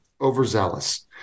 overzealous